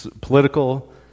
political